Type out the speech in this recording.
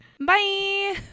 Bye